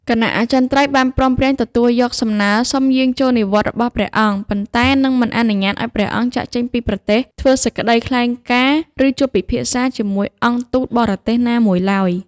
គណៈអចិន្ត្រៃយ៍បានព្រមព្រៀងទទួលយកសំណើសុំយាងចូលនិវត្តន៍របស់ព្រះអង្គ ប៉ុន្តែនឹងមិនអនុញ្ញាតឱ្យព្រះអង្គចាកចេញពីប្រទេស ធ្វើសេចក្តីថ្លែងការណ៍ ឬជួបពិភាក្សាជាមួយអង្គទូតបរទេសណាមួយឡើយ ។